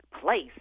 place